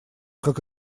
как